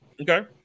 Okay